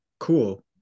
cool